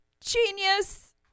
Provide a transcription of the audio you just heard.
Genius